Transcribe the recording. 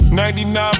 99